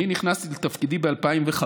נכנסתי לתפקידי ב-2015,